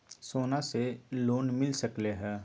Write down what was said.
सोना से लोन मिल सकलई ह?